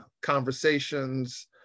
conversations